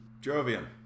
jovian